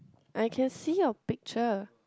I can see your picture